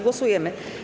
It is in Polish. Głosujemy.